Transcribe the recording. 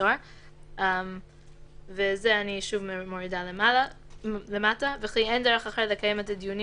סוהר - זה שוב אני מורידה למטה - וכי אין דרך אחרת לקיים את הדיונים